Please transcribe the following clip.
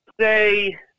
say